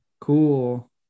cool